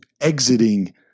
exiting